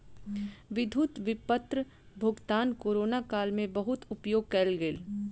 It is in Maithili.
विद्युत विपत्र भुगतान कोरोना काल में बहुत उपयोग कयल गेल